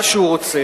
מה שהוא רוצה.